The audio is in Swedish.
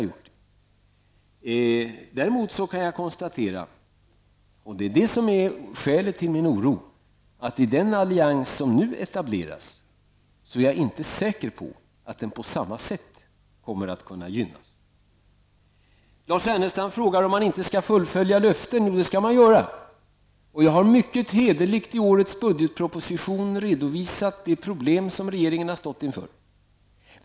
Jag är däremot inte säker på, och det är skälet till min oro, att den kommer att gynnas på samma sätt i den allians som nu etableras. Lars Ernestam frågar om man inte skall fullfölja löften. Jo, det skall man göra. Jag har mycket hederligt i årets budgetproposition redovisat de problem som regering har stått inför.